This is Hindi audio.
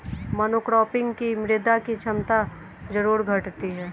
मोनोक्रॉपिंग से मृदा की क्षमता जरूर घटती है